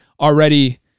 already